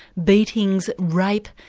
beatings, rape,